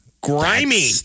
grimy